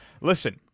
listen